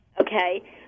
Okay